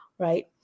Right